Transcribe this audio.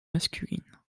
masculines